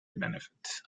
benefits